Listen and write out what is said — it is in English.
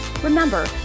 Remember